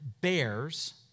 bears